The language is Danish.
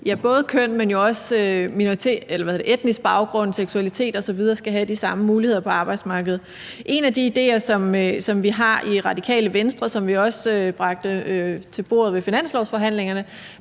uanset køn, men også etnisk baggrund, seksualitet osv. skal have de samme muligheder på arbejdsmarkedet. En af de idéer, som vi har i Radikale Venstre, og som vi også bragte til bordet ved finanslovsforhandlingerne,